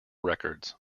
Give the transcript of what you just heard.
records